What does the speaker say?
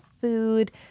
food